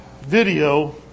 video